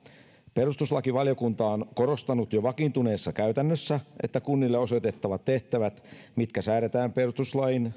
perustuslakivaliokunta on korostanut jo vakiintuneessa käytännössä että kunnille osoitettavat tehtävät mitkä säädetään perustuslain